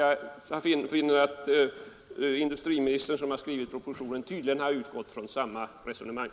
Jag finner att industriministern, som har skrivit propositionen, tydligen har utgått från samma resonemang.